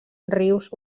rius